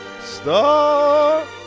star